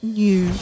new